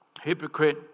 hypocrite